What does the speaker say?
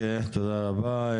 תודה רבה.